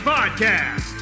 Podcast